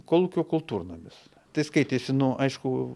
kolūkio kultūrnamis tai skaitėsi nu aišku